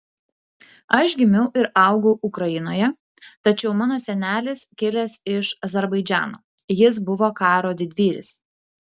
aš gimiau ir augau ukrainoje tačiau mano senelis kilęs iš azerbaidžano jis buvo karo didvyris